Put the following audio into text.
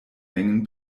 mengen